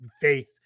faith